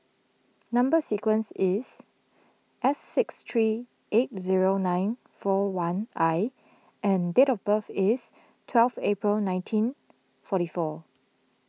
Number Sequence is S six three eight zero nine four one I and date of birth is twelve April nineteen forty four